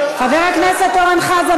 חבר הכנסת אורן חזן,